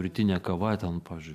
rytinė kava ten pavyzdžiui